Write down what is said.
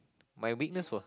my weakness was